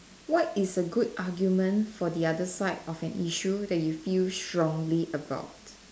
what is a good argument for the other side of an issue that you feel strongly about